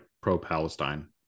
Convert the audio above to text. pro-Palestine